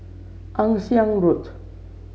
Ann Siang Road